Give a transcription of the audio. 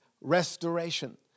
restoration